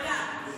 אבדה.